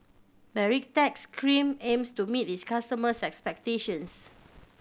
Baritex Cream aims to meet its customers' expectations